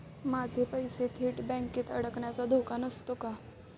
माझे पैसे थेट बँकेत अडकण्याचा धोका नसतो का?